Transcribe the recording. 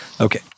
okay